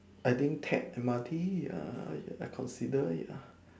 I think take M_R_T ya I consider ya